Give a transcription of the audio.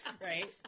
Right